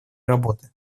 работы